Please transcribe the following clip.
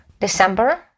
December